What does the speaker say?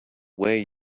way